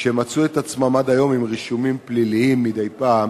שמצאו את עצמם עד היום עם אישומים פליליים מדי פעם